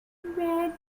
where